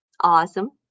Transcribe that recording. Awesome